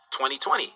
2020